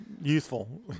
Useful